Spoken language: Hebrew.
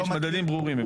יש מדדים ברורים.